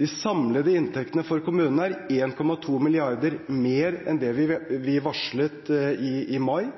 De samlede inntektene for kommunene er 1,2 mrd. kr mer enn det vi varslet i mai.